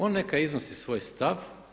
On neka iznosi svoj stav.